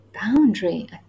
boundary